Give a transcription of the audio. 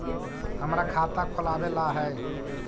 हमरा खाता खोलाबे ला है?